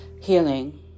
healing